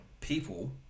People